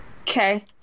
Okay